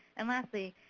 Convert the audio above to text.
and lastly,